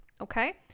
Okay